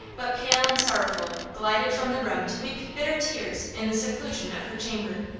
but, pale and sorrowful, glided from the room to weep bitter tears in the seclusion of her chamber.